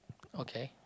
okay